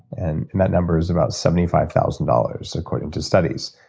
and and that number is about seventy five thousand dollars according to studies.